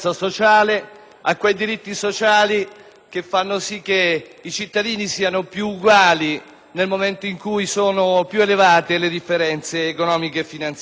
a quei diritti sociali che fanno sì che i cittadini siano più uguali nel momento in cui sono più elevate le differenze economiche e finanziarie: